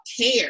care